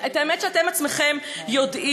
את האמת שאתם עצמכם יודעים?